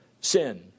sin